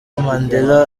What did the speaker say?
mandela